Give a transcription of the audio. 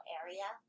area